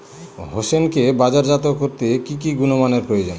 হোসেনকে বাজারজাত করতে কি কি গুণমানের প্রয়োজন?